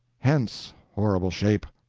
hence, horrible shape!